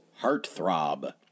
heartthrob